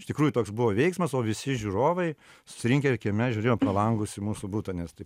iš tikrųjų toks buvo veiksmas o visi žiūrovai susirinkę kieme žiūrėjo pro langus į mūsų butą nes tai